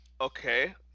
okay